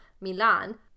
Milan